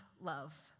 love